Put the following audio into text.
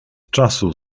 czasu